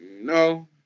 No